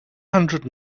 hundred